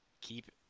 Keep